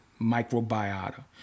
microbiota